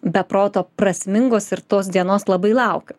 be proto prasmingos ir tos dienos labai laukiu